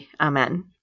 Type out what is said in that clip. Amen